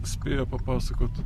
spėja papasakot